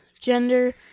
gender